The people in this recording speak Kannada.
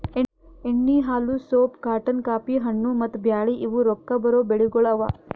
ಎಣ್ಣಿ, ಹಾಲು, ಸೋಪ್, ಕಾಟನ್, ಕಾಫಿ, ಹಣ್ಣು, ಮತ್ತ ಬ್ಯಾಳಿ ಇವು ರೊಕ್ಕಾ ಬರೋ ಬೆಳಿಗೊಳ್ ಅವಾ